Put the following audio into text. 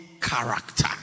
character